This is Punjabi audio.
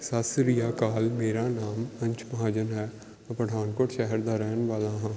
ਸਤਿ ਸ਼੍ਰੀ ਅਕਾਲ ਮੇਰਾ ਨਾਮ ਅੰਸ਼ ਮਹਾਜਨ ਹੈ ਮੈਂ ਪਠਾਨਕੋਟ ਸ਼ਹਿਰ ਦਾ ਰਹਿਣ ਵਾਲਾ ਹਾਂ